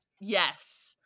yes